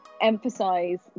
emphasize